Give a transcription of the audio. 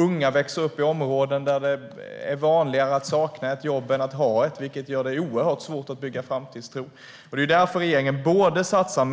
Unga växer upp i områden där det är vanligare att sakna ett jobb än att ha ett, vilket gör det svårt att känna framtidstro. Därför satsar regeringen